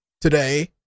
today